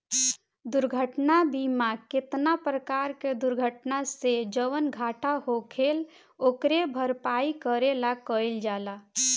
दुर्घटना बीमा केतना परकार के दुर्घटना से जवन घाटा होखेल ओकरे भरपाई करे ला कइल जाला